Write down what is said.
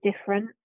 different